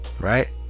right